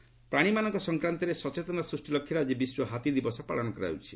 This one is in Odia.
ଏଲିଫ୍ୟାଣ୍ଟ ଡେ ପ୍ରାଣୀମାନଙ୍କ ସଂକ୍ରାନ୍ତରେ ସଚେତନତା ବୃଦ୍ଧି ଲକ୍ଷ୍ୟରେ ଆଜି ବିଶ୍ୱ ହାତୀ ଦିବସ ପାଳନ କରାଯାଉଛି